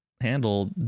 handle